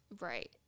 Right